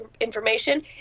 information